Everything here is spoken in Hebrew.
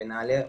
נעל"ה